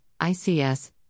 ICS